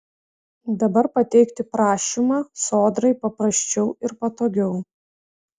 dabar pateikti prašymą sodrai paprasčiau ir patogiau